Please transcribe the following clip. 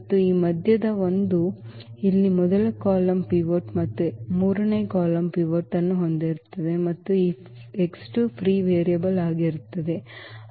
ಮತ್ತು ಈ ಮಧ್ಯದ ಒಂದು ಇಲ್ಲಿ ಮೊದಲ ಕಾಲಮ್ ಪಿವೋಟ್ ಮತ್ತು ಮೂರನೇ ಕಾಲಮ್ ಪಿವೋಟ್ ಅನ್ನು ಹೊಂದಿರುತ್ತದೆ ಮತ್ತು ಈ ಫ್ರೀ ವೇರಿಯೇಬಲ್ ಆಗಿರುತ್ತದೆ